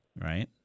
right